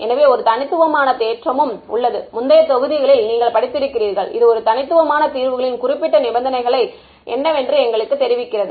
எனவே ஒரு தனித்துவமான தேற்றமும் உள்ளது முந்தைய தொகுதிகளில் நீங்கள் படித்திருக்கிறீர்கள் இது ஒரு தனித்துவமான தீர்வுகளின் குறிப்பிட்ட நிபந்தனைகளை என்னவென்று என்று எங்களுக்குத் தெரிவிக்கிறது